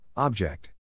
Object